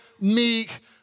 meek